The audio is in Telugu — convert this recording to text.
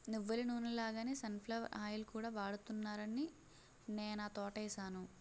నువ్వులనూనె లాగే సన్ ఫ్లవర్ ఆయిల్ కూడా వాడుతున్నారాని నేనా తోటేసాను